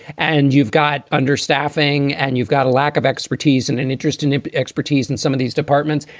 and you've got under-staffing and you've got a lack of expertise and an interest in expertise in some of these departments.